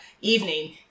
evening